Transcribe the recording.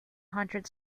hundred